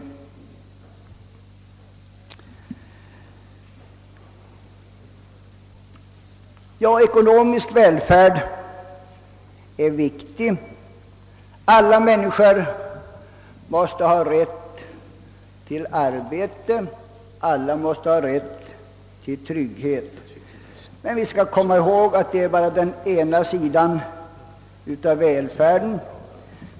Ekonomisk välfärd är viktig. Alla människor måste ha rätt till arbete. Alla måste ha rätt till trygghet. Men vi skall komma ihåg att det bara är den ena sidan av välfärden.